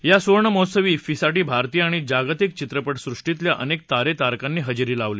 या सुवर्णमहोत्सवी श्र्फीसाठी भारतीय आणि जागतिक चित्रपटसृष्टीतल्या अनेक तारे तारकांनी हजेरी लावली